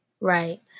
Right